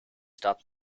stop